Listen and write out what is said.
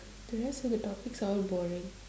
the rest of the topics are all boring